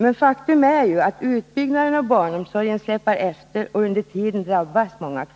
Men faktum är att Arbetsmarknads = utbyggnaden av barnomsorgen släpar efter, och under tiden drabbas många